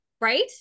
Right